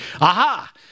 aha